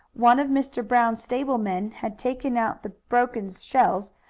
one of mr. brown's stable men had taken out the broken shells,